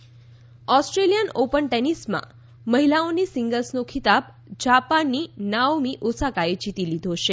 tennis Australian Open ટેનિસમાં મહિલાઓની સિંગલ્સનો ખિતાબ જાપાનની નાઓમી ઓસાકાએ જીતી લીધો છે